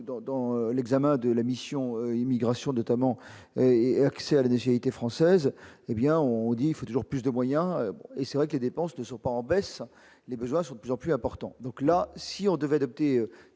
dans l'examen de la mission Immigration de Taman et axée avait déjà été française, hé bien on dit il faut toujours plus de moyens et c'est vrai que les dépenses ne sont pas en baisse, les besoins sont de plus en plus important, donc là, si on devait opter